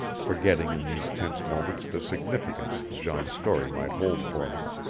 forgetting in these tense moments the significance jean's story might hold for him.